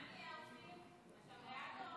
ההצעה להעביר את הצעת חוק